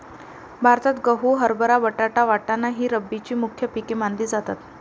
भारतात गहू, हरभरा, बटाटा, वाटाणा ही रब्बीची मुख्य पिके मानली जातात